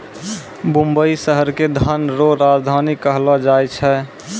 मुंबई शहर के धन रो राजधानी कहलो जाय छै